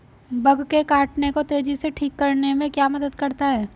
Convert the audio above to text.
Bug के काटने को तेजी से ठीक करने में क्या मदद करता है?